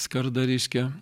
skardą reiškia